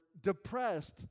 depressed